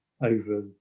over